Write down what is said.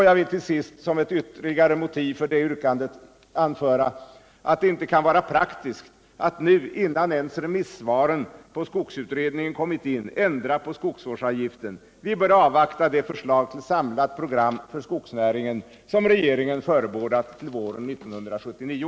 Jag vill till sist som ett ytterligare motiv för det yrkandet anföra att det inte kan vara praktiskt att nu, innan ens remissvaren på skogsutredningen kommit in, ändra på skogsvårdsavgiften. Vi bör avvakta det förslag till samlat program för skogsnäringen som regeringen förebådat till våren 1979.